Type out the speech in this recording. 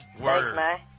Word